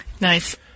Nice